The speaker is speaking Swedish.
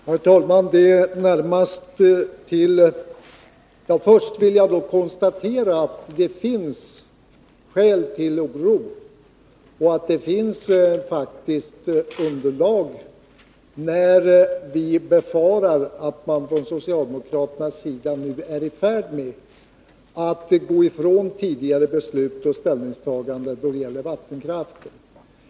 Herr talman! Först vill jag konstatera att det finns skäl till oro. Det finns faktiskt underlag för våra farhågor att man från socialdemokraternas sida nu är i färd med att gå ifrån tidigare beslut och ställningstaganden då det gäller vattenkraften.